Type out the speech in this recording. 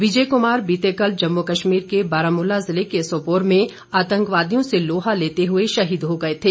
विजय कुमार बीते कल जम्मू कश्मीर के बारामुला जिले के सोपोर में आतंकवादियों से लोहा लेते हुए शहीद हो गए थे